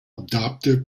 adoptive